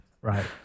Right